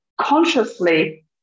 consciously